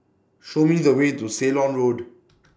Show Me The Way to Ceylon Road